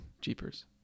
jeepers